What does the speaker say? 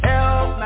Help